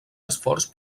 esforç